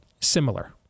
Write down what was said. Similar